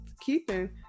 keeping